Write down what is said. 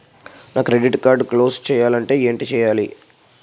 నా credit card close చేయాలంటే ఏంటి చేయాలి?